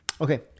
Okay